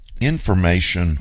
information